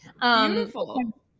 Beautiful